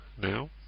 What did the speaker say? now